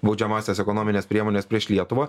baudžiamąsias ekonomines priemones prieš lietuvą